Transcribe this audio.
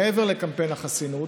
מעבר לקמפיין החסינות